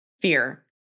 Fear